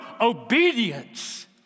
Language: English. obedience